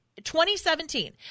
2017